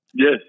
Yes